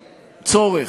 צורך,